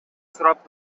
сурап